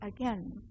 again